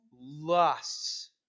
Lusts